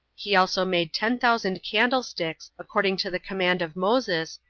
he also made ten thousand candlesticks, according to the command of moses,